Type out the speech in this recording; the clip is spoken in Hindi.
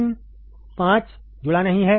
पिन 5 जुड़ा नहीं है